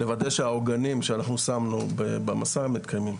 לוודא שהעוגנים שאנחנו שמנו במסע מתקיימים.